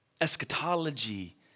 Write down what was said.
Eschatology